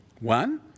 One